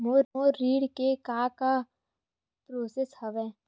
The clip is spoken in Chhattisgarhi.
मोर ऋण के का का प्रोसेस हवय?